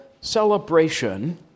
celebration